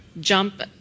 jump